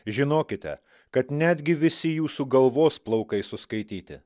žinokite kad netgi visi jūsų galvos plaukai suskaityti